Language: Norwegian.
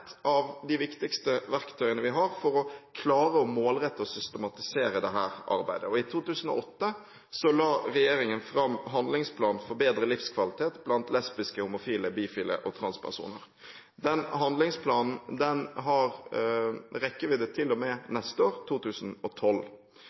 av de viktigste verktøyene vi har for å klare å målrette og systematisere dette arbeidet. I 2008 la regjeringen fram handlingsplanen Bedre livskvalitet blant lesbiske, homofile, bifile og transpersoner. Handlingsplanen har rekkevidde til og med neste år – 2012. I den